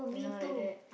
you know like that